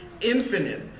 infinite